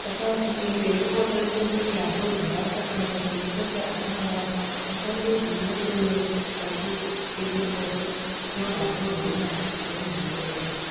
असांखे पेड़ पौधनि जो बि ॾाढो ध्यानु रखणु खपे छो त असां असांजो जीवन ॾाढो कुझु पेड़ पौधनि जो ॾाढो रोल आहे असांजे जीवन में